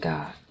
God